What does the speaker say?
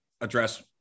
address